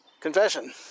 confession